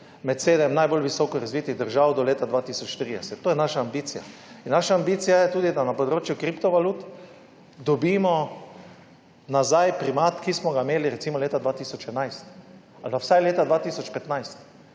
med sedem najbolj visoko razvitih držav do leta 2030. To je naša ambicija. In naša ambicija je tudi, da na področju kriptovalut dobimo nazaj primat, ki smo ga imeli recimo leta 2011 ali pa vsaj leta 2015.